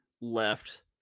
left